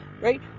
right